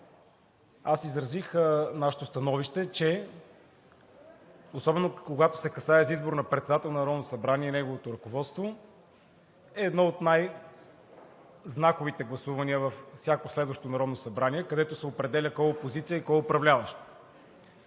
Аз изразих нашето становище, че особено когато се касае за избор на председател на Народното събрание и неговото ръководство, е едно от най-знаковите гласувания във всяко следващо Народно събрание, където се определя кой е опозиция и кой е управляващ.